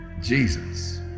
Jesus